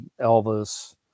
Elvis